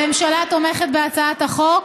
הממשלה תומכת בהצעת החוק.